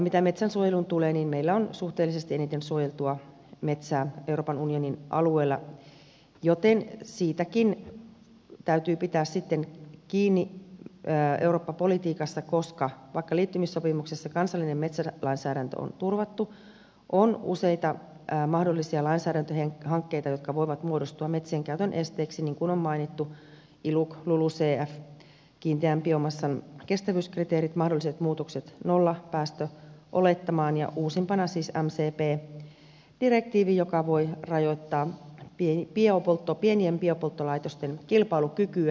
mitä metsänsuojeluun tulee niin meillä on suhteellisesti eniten suojeltua metsää euroopan unionin alueella joten siitäkin täytyy pitää sitten kiinni eurooppa politiikassa koska vaikka liittymissopimuksessa kansallinen metsälainsäädäntö on turvattu on useita mahdollisia lainsäädäntöhankkeita jotka voivat muodostua metsien käytön esteeksi niin kuin on mainittu iluc lulucf kiinteän biomassan kestävyyskriteerit mahdolliset muutokset nollapäästöolettamaan ja uusimpana siis mcp direktiivi joka voi rajoittaa pienien biopolttolaitosten kilpailukykyä